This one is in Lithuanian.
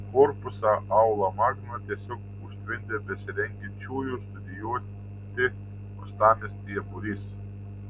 korpusą aula magna tiesiog užtvindė besirengiančiųjų studijuoti uostamiestyje būrys